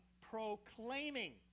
proclaiming